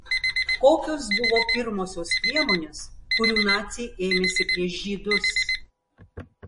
kokios buvo pirmosios priemonės kurių naciai ėmėsi prieš žydus